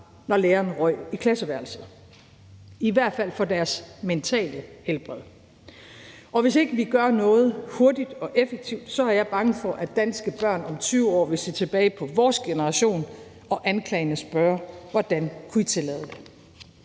når læreren røg i klasseværelset. Hvis ikke vi gør noget hurtigt og effektivt, er jeg bange for, at danske børn om 20 år vil se tilbage på vores generation og anklagende spørge: Hvordan kunne I tillade det?